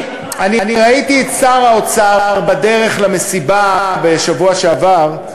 ראיתי את שר האוצר, בדרך למסיבה בשבוע שעבר,